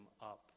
up